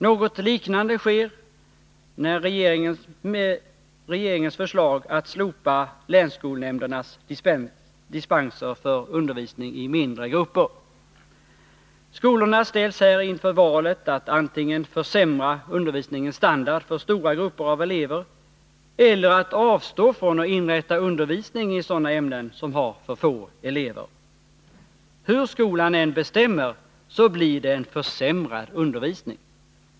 Något liknande sker med regeringens förslag att slopa länsskolnämndernas dispenser för undervisning i mindre grupper. Skolorna ställs här inför valet att antingen försämra undervisningens standard för stora grupper av elever eller att avstå från att inrätta undervisning i sådana ämnen som har för få elever. Hur skolan än bestämmer så blir det en försämrad undervisning.